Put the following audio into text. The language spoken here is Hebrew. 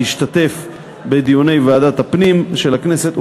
להשתתף בדיוני ועדת הפנים של הכנסת,